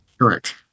Correct